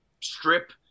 strip